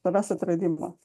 savęs atradimą